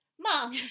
Mom